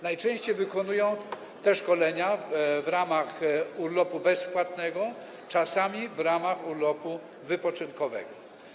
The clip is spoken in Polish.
Najczęściej przechodzą te szkolenia w ramach urlopu bezpłatnego, czasami w ramach urlopu wypoczynkowego.